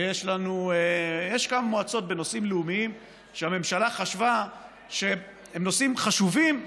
ויש כמה מועצות בנושאים לאומיים שהממשלה חשבה שהם נושאים חשובים,